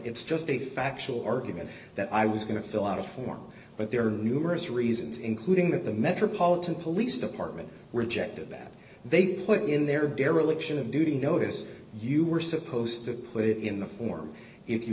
it's just a factual argument that i was going to fill out a form but there are numerous reasons including that the metropolitan police department rejected that they put in their dereliction of duty notice you were supposed to put it in the form if you